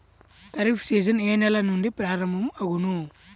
Kharif season ఏ నెల నుండి ప్రారంభం అగును?